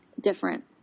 different